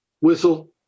Whistle